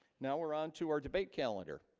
now we're on to our debate calendar